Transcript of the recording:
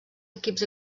equips